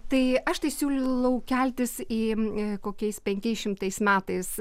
tai aš tai siūlau keltis į kokiais penkiais šimtais metais